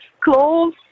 close